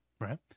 Right